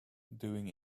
doing